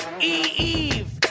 Eve